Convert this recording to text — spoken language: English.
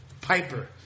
Piper